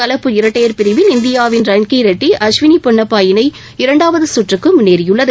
கலப்பு இரட்டையர் பிரிவில் இந்தியாவின் ரன்கிரெட்டி அஸ்வினி பொன்னப்பா இணை இரண்டாவது சுற்றுக்கு முன்னேறியுள்ளது